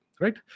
right